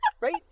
Right